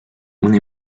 una